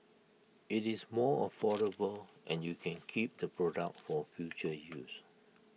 IT is more affordable and you can keep the products for future use